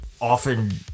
often